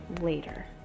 Later